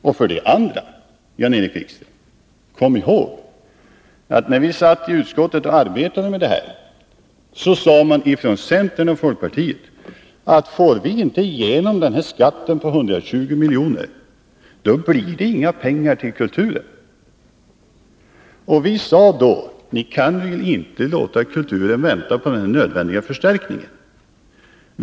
Kom också ihåg, Jan-Erik Wikström, att när vi satt i utskottet och arbetade med det här sade man från centern och folkpartiet: Får vi inte igenom den här skatten på 120 miljoner, då blir det inga extra pengar till kulturen. Vi sade då: Ni kan väl inte låta kulturen vänta på den nödvändiga förstärkningen!